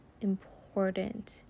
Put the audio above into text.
important